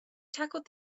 tackled